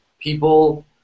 people